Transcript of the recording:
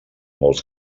molts